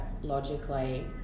logically